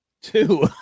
Two